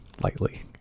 lightly